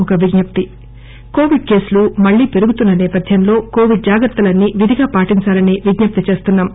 ఒక విజ్ఞప్తి కోవిడ్ కేసులు మళ్లీ పెరుగుతున్న నేపథ్యంలో కోవిడ్ జాగ్రత్తలన్నీ విధిగా పాటించాలని విజ్ఞప్తి చేస్తున్నాం